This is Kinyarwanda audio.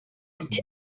ati